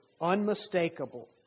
unmistakable